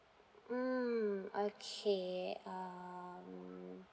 mm okay um